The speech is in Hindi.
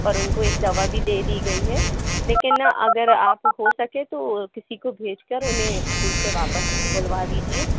और उनको एक दवा भी दे दी गई है लेकिन ना अगर आप हो सके तो किसी को भेज कर उन्हें स्कूल से वापस बुलवा लीजिए